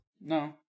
No